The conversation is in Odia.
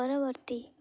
ପରବର୍ତ୍ତୀ